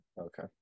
Okay